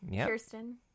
Kirsten